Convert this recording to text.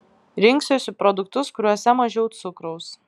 rinksiuosi produktus kuriuose mažiau cukraus